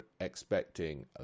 expecting